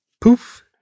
Poof